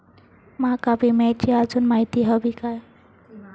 माका विम्याची आजून माहिती व्हयी हा?